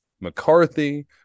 McCarthy –